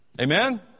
Amen